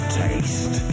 taste